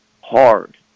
hard